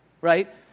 right